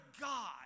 God